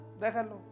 déjalo